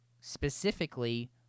specifically